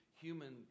human